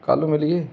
ਕੱਲ੍ਹ ਨੂੰ ਮਿਲੀਏ